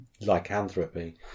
lycanthropy